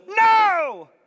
No